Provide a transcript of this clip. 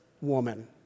woman